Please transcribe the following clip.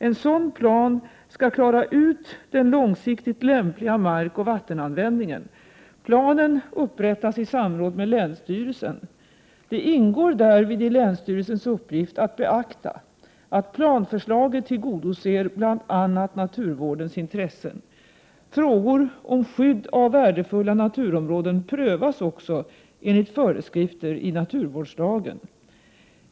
En sådan plan skall klara ut den långsiktigt lämpliga markoch vattenanvändningen. Planen upprättas i samråd med länsstyrelsen. Det ingår därvid i länsstyrelsens uppgift att beakta att planförslaget tillgodoser bl.a. naturvårdens intressen. Frågor om skydd av värdefulla naturområden prövas också enligt föreskrifter i naturvårdslagen.